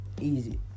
Easy